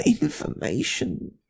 information